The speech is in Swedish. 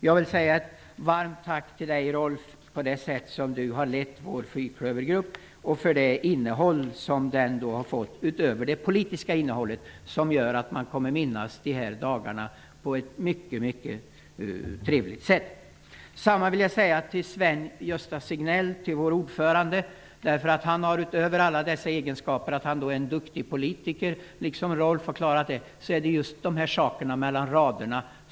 Jag vill framföra ett varmt tack till Rolf Clarkson för det sätt på vilket han har lett vår fyrklövergrupp och för det innehåll som den har fått utöver det politiska, som gör att man kommer att minnas dessa dagar på ett mycket trevligt sätt. Detsamma vill jag säga till Sven-Gösta Signell, vår ordförande. Liksom Rolf Clarkson är han en duktig politiker. Han har också klarat detta att läsa mellan raderna.